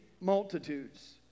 multitudes